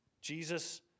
Jesus